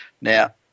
now